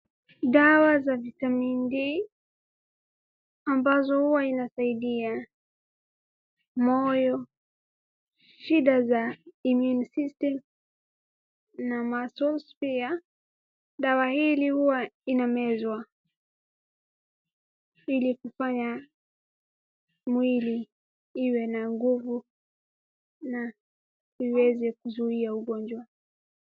Dawa za vitamin D ambazo huwa inasaidia moyo, shida za immune system na muscles pia, dawa hizi huwa zinamwezwa ili kufanya mwili iwe na nguvu na iweze kuzuia ugonjwa.